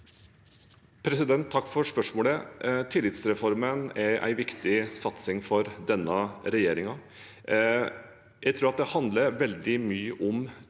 Takk for spørsmålet. Tillitsreformen er en viktig satsing for denne regjeringen. Jeg tror det handler veldig mye om tillit